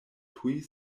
tuj